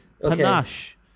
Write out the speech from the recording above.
Panache